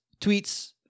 tweets